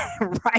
right